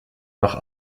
noch